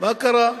מה קרה?